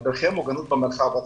מדריכי מוגנות במרחב הציבורי.